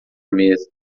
mesa